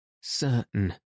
certain